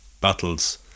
Battles